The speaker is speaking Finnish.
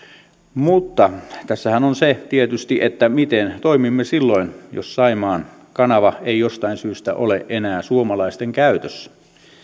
mutta tässähän on tietysti se että miten toimimme silloin jos saimaan kanava ei jostain syystä ole enää suomalaisten käytössä